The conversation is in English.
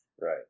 Right